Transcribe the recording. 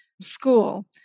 school